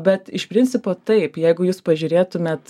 bet iš principo taip jeigu jūs pažiūrėtumėt